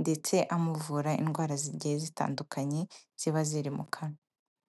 ndetse amuvura indwara zigiye zitandukanye ziba ziri mu kanwa.